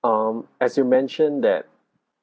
um as you mentioned that